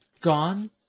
gone